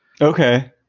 Okay